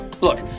Look